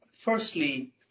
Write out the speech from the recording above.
Firstly